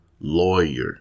Lawyer